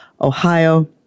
Ohio